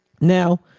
Now